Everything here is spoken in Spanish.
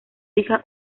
hija